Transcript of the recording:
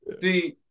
See